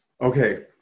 Okay